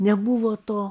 nebuvo to